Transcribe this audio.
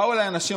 באו אליי אנשים,